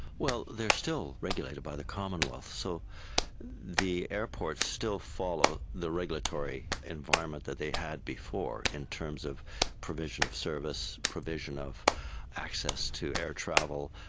well, they are still regulated by the commonwealth, so the airports still follow the regulatory environment that they had before in terms of provision of service, provision of access to air travel,